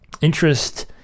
interest